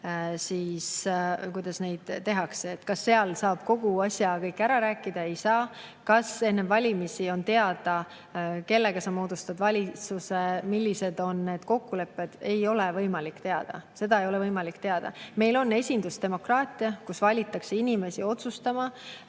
meil. Kuidas neid tehakse? Kas seal saab kõik ära rääkida? Ei saa. Kas enne valimisi on teada, kellega sa moodustad valitsuse, millised on kokkulepped? Ei ole võimalik teada, seda ei ole võimalik teada. Meil on esindusdemokraatia, kus valitakse inimesi otsustama